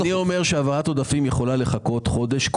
אני טוען שהעברת עודפים יכולה לחכות חודש,